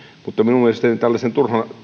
mutta minun mielestäni tällaisten